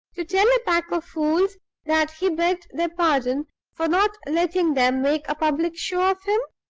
to tell a pack of fools that he begged their pardon for not letting them make a public show of him?